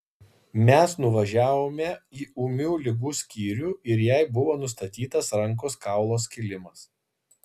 mes nuvažiavome į ūmių ligų skyrių ir jai buvo nustatytas rankos kaulo skilimas